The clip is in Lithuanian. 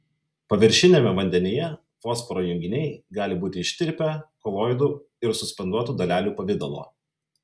paviršiniame vandenyje fosforo junginiai gali būti ištirpę koloidų ir suspenduotų dalelių pavidalo